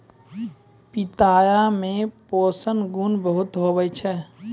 पिताया मे पोषण गुण बहुते हुवै छै